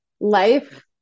life